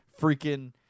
freaking